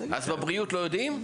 אז בבריאות לא יודעים?